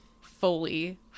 fully